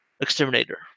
exterminator